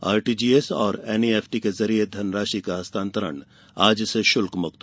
RTGS औरएनईएफटी के जरिए धनराशि का हस्तांतरण आज से षुल्कमुक्त